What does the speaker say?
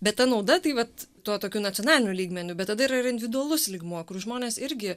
bet ta nauda tai vat tuo tokiu nacionaliniu lygmeniu bet tada yra individualus lygmuo kur žmonės irgi